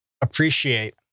appreciate